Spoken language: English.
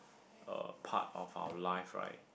a part of our life right